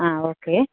ആ ഓക്കേ